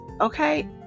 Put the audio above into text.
okay